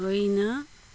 होइन